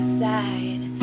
side